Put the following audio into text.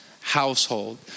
household